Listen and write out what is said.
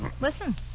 Listen